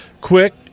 quick